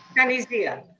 sunny zia.